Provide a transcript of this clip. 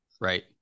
Right